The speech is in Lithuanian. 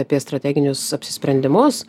apie strateginius apsisprendimus